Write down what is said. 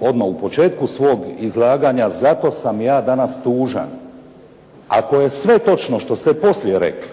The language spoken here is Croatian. odmah u početku svog izlaganja, zato sam ja danas tužan. Ako je sve točno što ste poslije rekli,